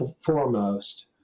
foremost